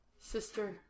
Sister